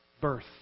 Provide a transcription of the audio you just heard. birth